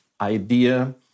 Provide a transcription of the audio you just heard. idea